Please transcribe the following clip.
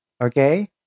Okay